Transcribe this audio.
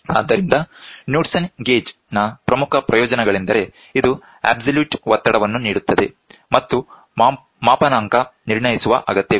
ಆದ್ದರಿಂದ Knudsen gauge ನ ಪ್ರಮುಖ ಪ್ರಯೋಜನಗಳೆಂದರೆ ಇದು ಅಬ್ಸಲ್ಯೂಟ್ ಒತ್ತಡವನ್ನು ನೀಡುತ್ತದೆ ಮತ್ತು ಮಾಪನಾಂಕ ನಿರ್ಣಯಿಸುವ ಅಗತ್ಯವಿಲ್ಲ